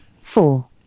four